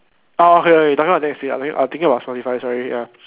orh okay okay you talking about netflix I t~ thinking about spotify sorry ah